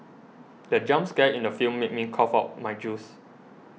the jump scare in the film made me cough out my juice